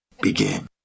begin